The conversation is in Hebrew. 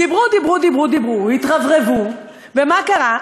דיברו, דיברו, דיברו, דיברו, התרברבו, ומה קרה?